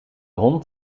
hond